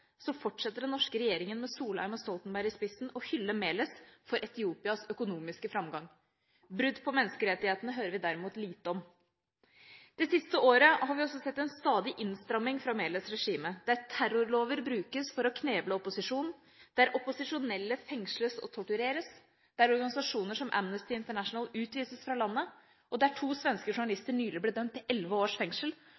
fortsetter den norske regjeringen – med Solheim og Stoltenberg i spissen – å hylle Meles for Etiopias økonomiske framgang. Brudd på menneskerettighetene hører vi derimot lite om. Det siste året har vi også sett en stadig innstramming fra Meles’ regime, der terrorlover brukes for å kneble opposisjonen, der opposisjonelle fengsles og tortureres, der organisasjoner som Amnesty International utvises fra landet, og der to svenske